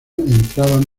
entraban